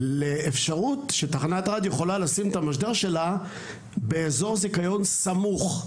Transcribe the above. אפשרות שתחנת הרדיו יכולה לשים את המשדר שלה באזור זיכיון סמוך.